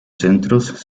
centros